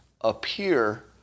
appear